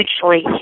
hugely